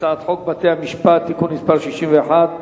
למספר המצביעים.